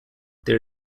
there